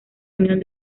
unión